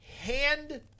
hand